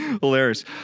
Hilarious